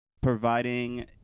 providing